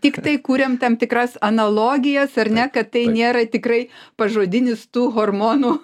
tiktai kūriam tam tikras analogijas ar ne kad tai nėra tikrai pažodinis tų hormonų